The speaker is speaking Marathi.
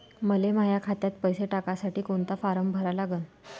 मले माह्या खात्यात पैसे टाकासाठी कोंता फारम भरा लागन?